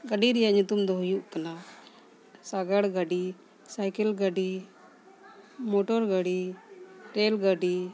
ᱜᱟᱹᱰᱤ ᱨᱮᱭᱟᱜ ᱧᱩᱛᱩᱢ ᱫᱚ ᱦᱩᱭᱩᱜ ᱠᱟᱱᱟ ᱥᱟᱜᱟᱲ ᱜᱟᱹᱰᱤ ᱥᱟᱭᱠᱮᱞ ᱜᱟᱹᱰᱤ ᱢᱚᱴᱚᱨ ᱜᱟᱹᱰᱤ ᱨᱮᱹᱞ ᱜᱟᱹᱰᱤ